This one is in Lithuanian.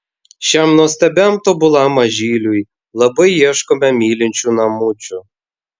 šiam nuostabiam tobulam mažyliui labai ieškome mylinčių namučių